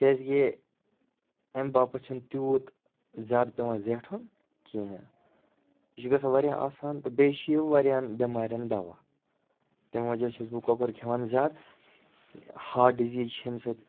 کیٛازِکہِ اَمہِ باپَتھ چھُ نہٕ تیوٗت زیادٕ پٮ۪وان زیٹھُن کِہیٖنٛۍ یہِ چھُ گژھان واریاہ آسان تہٕ بیٚیہِ چھُ یہِ واریاہَن بٮ۪مارٮ۪ن دَوا تمہِ وجہ چھُس بہٕ کۄکُر کھٮ۪وان زیادٕ ہارٹ ڈِزیٖز چھِ ییٚمہِ سۭتۍ